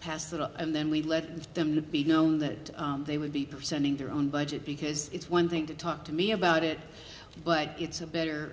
pass that up and then we let them to be known that they would be presenting their own budget because it's one thing to talk to me about it but it's a better